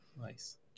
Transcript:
Nice